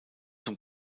zum